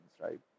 right